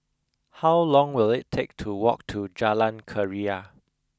how long will it take to walk to Jalan Keria